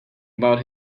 about